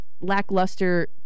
lackluster